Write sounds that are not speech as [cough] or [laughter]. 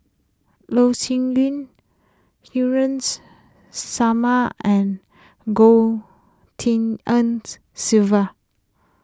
Loh Sin Yun Haresh Sharma and Goh Tshin En [unintelligible] Sylvia